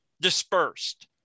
dispersed